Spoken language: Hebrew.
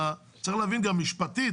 צריך להבין, גם משפטית